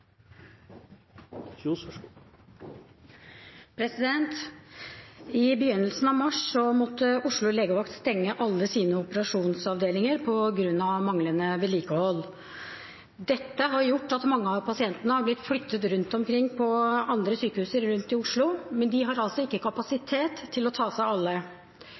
I begynnelsen av mars måtte Oslo legevakt stenge alle sine operasjonsavdelinger på grunn av manglende vedlikehold. Dette har gjort at mange av pasientene har blitt flyttet rundt omkring på andre sykehus rundt i Oslo, men de har ikke kapasitet til å ta seg av alle.